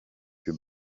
più